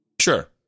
Sure